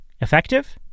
Effective